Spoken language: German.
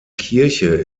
kirche